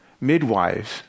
midwives